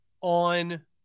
on